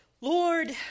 Lord